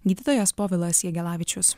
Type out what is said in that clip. gydytojas povilas jagelavičius